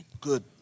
Good